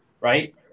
right